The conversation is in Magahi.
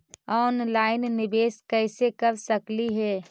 ऑनलाइन निबेस कैसे कर सकली हे?